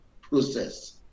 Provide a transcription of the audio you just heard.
process